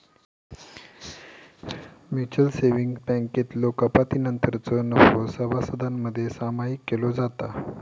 mutual savings बँकेतलो कपातीनंतरचो नफो सभासदांमध्ये सामायिक केलो जाता